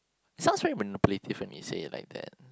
sounds very manipulative when you say it like that